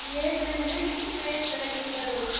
یہ فہرست میں درج کرو